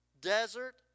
Desert